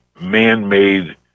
man-made